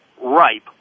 ripe